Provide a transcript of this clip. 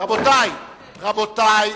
רבותי,